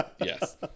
Yes